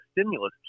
stimulus